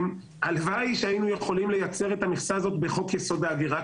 הלוואי והיינו יכולים לייצר את המכסה הזאת בחוק יסוד: ההגירה,